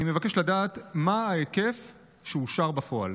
אני מבקש לדעת, מה ההיקף שאושר בפועל?